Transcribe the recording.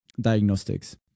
diagnostics